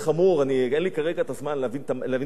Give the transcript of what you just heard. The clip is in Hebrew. אין לי כרגע הזמן להביא את המאבק התיאולוגי.